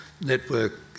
network